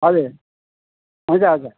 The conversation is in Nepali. हजुर हुन्छ हजुर